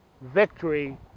victory